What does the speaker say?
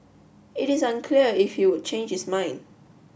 it is unclear if he would change his mind